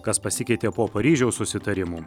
kas pasikeitė po paryžiaus susitarimų